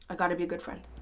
gotta be a good friend.